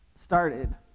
started